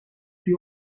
توی